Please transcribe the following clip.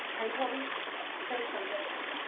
until we fix some things.